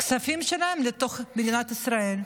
כספים שלהם לתוך מדינת ישראל.